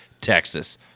Texas